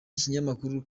kinyamakuru